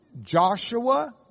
Joshua